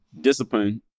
discipline